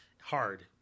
hard